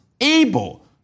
able